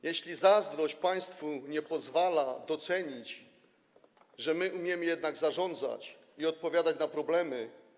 Jeśli zazdrość państwu nie pozwala docenić, że jednak umiemy zarządzać i odpowiadać na problemy.